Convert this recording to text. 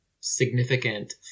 significant